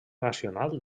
nacional